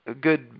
good